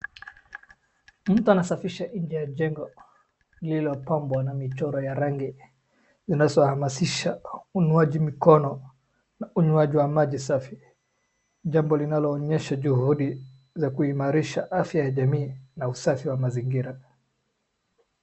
Mtu anasafisha nje ya jengo lililopambwa na michoro ya rangi zinazohamashisha unawaji mikono na unywaji wa maji safi. Jambo linaloonyesha juhudi za kuimarisha afya ya jamii na usafi wa mazingira.